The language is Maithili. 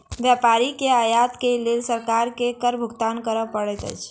व्यापारी के आयत के लेल सरकार के कर भुगतान कर पड़ैत अछि